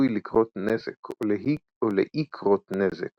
סיכוי לקרות נזק או לאי קרות נזק